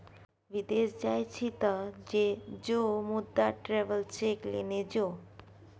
विदेश जाय छी तँ जो मुदा ट्रैवेलर्स चेक लेने जो